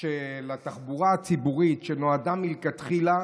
של התחבורה הציבורית, שנועדה מלכתחילה,